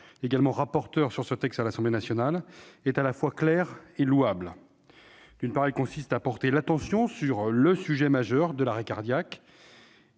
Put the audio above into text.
également rapporteur du texte à l'Assemblée nationale, est à la fois clair et louable. Il s'agit d'attirer l'attention sur le sujet majeur de l'arrêt cardiaque,